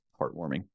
heartwarming